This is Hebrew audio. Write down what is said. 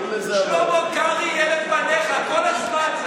שלמה קרעי יהיה לפניך כל הזמן.